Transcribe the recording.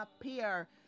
appear